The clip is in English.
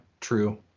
true